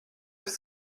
les